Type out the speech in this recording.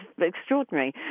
extraordinary